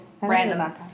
random